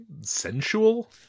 sensual